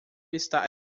está